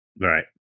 Right